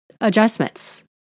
adjustments